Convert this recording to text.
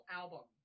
album